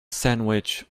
sandwich